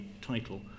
title